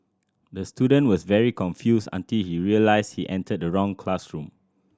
the student was very confused until he realised he entered the wrong classroom